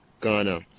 Ghana